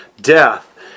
Death